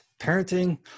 parenting